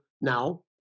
now